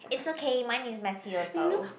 it's okay mine is messy also